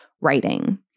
writing